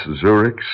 Zurich